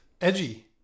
edgy